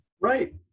Right